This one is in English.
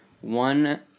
One